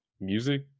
music